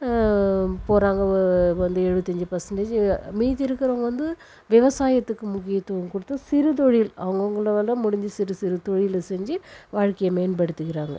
போகிறாங்க வந்து எழுவத்தஞ்சு பர்சன்டேஜ் மீதி இருக்குகிறவங்க வந்து விவசாயத்துக்கு முக்கியத்துவம் கொடுத்து சிறு தொழில் அவங்கவுங்களால முடிந்த சிறுசிறு தொழிலை செஞ்சு வாழ்க்கையை மேம்படுத்திக்கிறாங்கள்